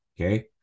Okay